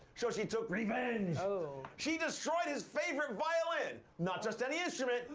so she took revenge. so she destroyed his favorite violin. not just any instrument.